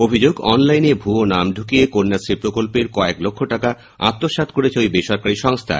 অভিযোগ অন লাইনে ভুয়ো নাম ঢুকিয়ে কন্যাশ্রী প্রকল্পের কয়েক লক্ষ টাকা আত্মসাত্ক রেছে ওই বেসরকারি সংস্থা